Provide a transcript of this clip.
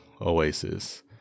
Oasis